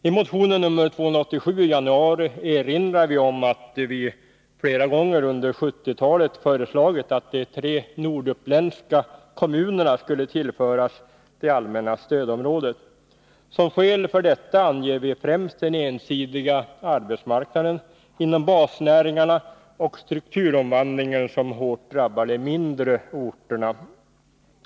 I motionen nr 287 från januari erinrar vi om att vi flera gånger under 1970-talet föreslagit att de tre norduppländska kommunerna skulle tillföras det allmänna stödområdet. Som skäl för detta anger vi främst den ensidiga arbetsmarknaden inom basnäringarna och strukturomvandlingen, som hårt drabbar de mindre orterna.